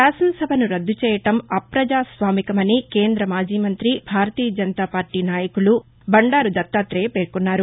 శాసన సభను రద్దు చేయడం అప్రజాస్వామికమని కేంద మాజీ మంత్రి భారతీయ జనతా పార్టీ నాయకులు బండారు దత్తాతేయ పేర్కొన్నారు